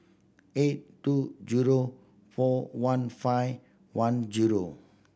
eight two zero four one five one zero